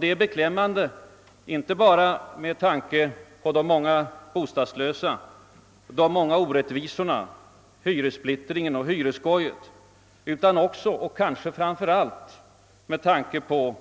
Det är beklämmande inte bara med tanke på det stora antalet bostadslösa och de många orättvisor som här förekommer — t.ex. i form av hyressplittring och hyresskoj — utan också och kanske framför allt med tanke på